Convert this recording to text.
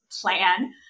plan